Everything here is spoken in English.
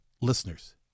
listeners